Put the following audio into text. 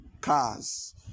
cars